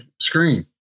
screen